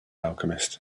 alchemist